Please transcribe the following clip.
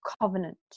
covenant